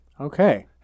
Okay